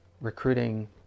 recruiting